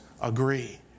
agree